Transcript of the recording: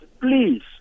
please